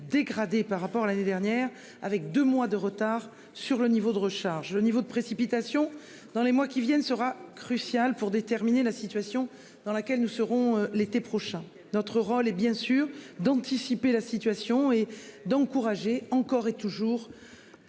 dégradée par rapport à l'année dernière avec 2 mois de retard sur le niveau de recharge le niveau de précipitations dans les mois qui viennent, sera crucial pour déterminer la situation dans laquelle nous serons l'été prochain. Notre rôle est bien sûr d'anticiper la situation est d'encourager encore et toujours.